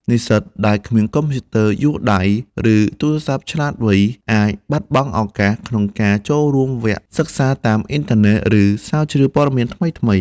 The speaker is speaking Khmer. និស្សិតដែលគ្មានកុំព្យូទ័រយួរដៃ ឬទូរសព្ទឆ្លាតវៃអាចបាត់បង់ឱកាសក្នុងការចូលរួមវគ្គសិក្សាតាមអ៊ីនធឺណិត ឬស្រាវជ្រាវព័ត៌មានថ្មីៗ។